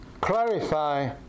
clarify